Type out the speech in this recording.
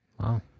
Wow